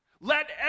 Let